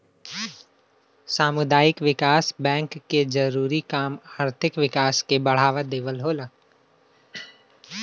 सामुदायिक विकास बैंक के जरूरी काम आर्थिक विकास के बढ़ावा देवल होला